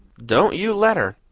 don't you let her.